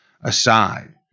aside